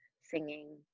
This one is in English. singing